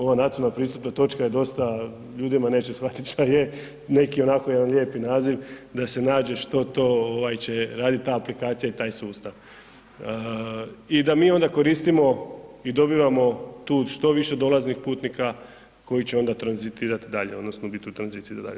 Ova nacionalna pristupna točka je dosta ljudima, neće shvatit šta je, neki onako jedan lijepi naziv da se nađe što to će radit ta aplikacija i taj sustav i da mi onda koristimo i dobivamo tu što više dolaznih putnika koji će onda tranzitirat dalje odnosno di tu tranzicija ide dalje.